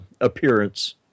appearance